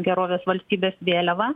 gerovės valstybės vėliavą